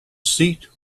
seat